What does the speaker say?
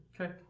Okay